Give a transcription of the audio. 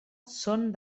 són